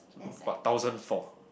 what thousand four